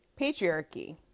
patriarchy